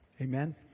Amen